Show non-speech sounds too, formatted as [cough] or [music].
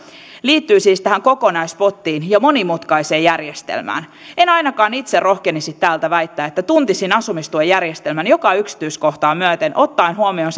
liittyy siis tähän kokonaispottiin ja monimutkaiseen järjestelmään en ainakaan itse rohkenisi täältä väittää että tuntisin asumistuen järjestelmän joka yksityiskohtaa myöten ottaen huomioon [unintelligible]